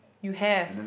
you have